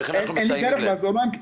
איך אנחנו מסייעים להם?